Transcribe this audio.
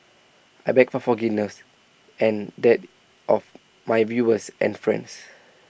I beg for forgiveness and that of my viewers and friends